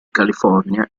california